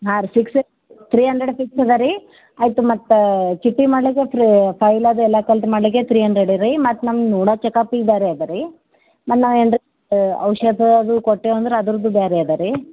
ಹಾಂ ರೀ fix three hundred fix ಅದ ರೀ ಆಯಿತು ಮತ್ತೆ ಚೀಟಿ ಮಾಡ್ಲಕಾಯ್ತ್ ರೀ ಫೈಲ್ ಅದೆಲ್ಲ ಕಲ್ತು ಮಾಡಲಿಕ್ಕೆ ತ್ರೀ ಅಂಡ್ರೆಡ್ ರೀ ಮತ್ತೆ ನಮ್ಮ ನೋಡೋ ಚಕಪಿಗೆ ಬೇರೆ ಅದ ರೀ ಮತ್ತೆ ನಾವು ಏನಾರ ಔಷಧ ಅದು ಕೊಟ್ಟೆವಂದ್ರೆ ಅದ್ರದ್ದು ಬೇರೆ ಅದ ರೀ